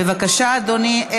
בבקשה, אדוני.